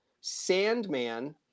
Sandman